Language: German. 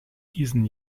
diesen